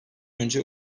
önce